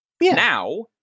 Now